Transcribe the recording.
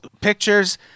pictures